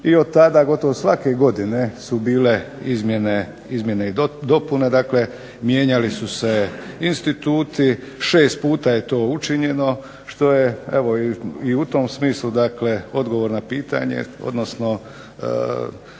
i od tada gotovo svake godine su bile izmjene i dopune, dakle mijenjali su se instituti, šest puta je to učinjeno što je evo i u tom smislu odgovor na pitanje odnosno